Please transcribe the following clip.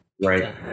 Right